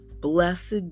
Blessed